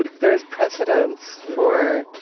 there's precedence for